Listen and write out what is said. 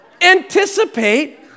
Anticipate